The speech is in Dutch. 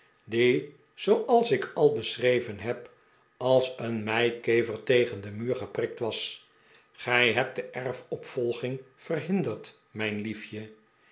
zooals ik al beschreven heb als een meikever tegen den muur geprikt was gij hebt de erfopvolging verhinderd mijn liefje